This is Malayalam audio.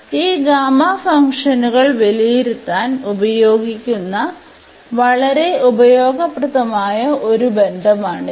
ഈ ഗാമ ഫംഗ്ഷനുകൾ വിലയിരുത്താൻ ഉപയോഗിക്കുന്ന വളരെ ഉപയോഗപ്രദമായ ഒരു ബന്ധമാണിത്